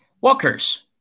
Walker's